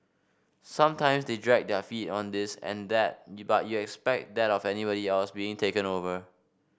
sometimes they dragged their feet on this and that but you expect that of anybody else being taken over